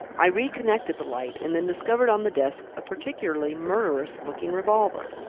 i re-connected the light, and then discovered on the desk a particularly murderous looking revolver.